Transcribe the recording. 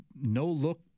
no-look